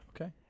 Okay